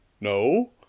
no